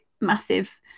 massive